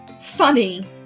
funny